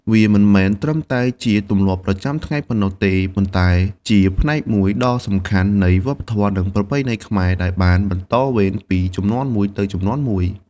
វាមិនមែនត្រឹមតែជាទម្លាប់ប្រចាំថ្ងៃប៉ុណ្ណោះទេ ប៉ុន្តែជាផ្នែកមួយដ៏សំខាន់នៃវប្បធម៌ និងប្រពៃណីខ្មែរ ដែលបានបន្តវេនពីជំនាន់មួយទៅជំនាន់មួយ។